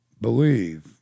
believe